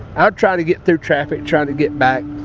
i'd try to get through traffic, try to get back.